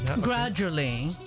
gradually